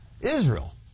Israel